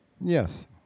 Yes